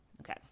Okay